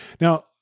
Now